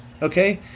Okay